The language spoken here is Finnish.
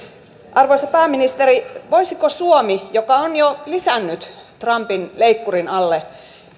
arvoisa pääministeri voisiko suomi joka on jo lisännyt trumpin leikkurin alle